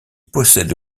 possède